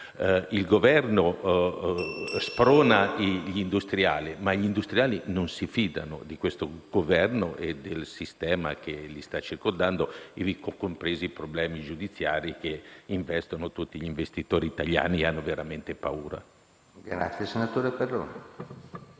Il Governo sprona gli industriali, ma gli industriali non si fidano di questo Governo e del sistema che li sta circondando, ivi compresi i problemi giudiziari che investono tutti gli investitori italiani, che hanno veramente paura.